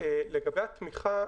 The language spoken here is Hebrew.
מבחינתנו,